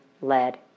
lead